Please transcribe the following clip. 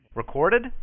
Recorded